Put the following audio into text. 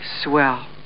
swell